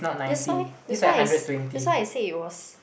that's why that's why is that's why I say it was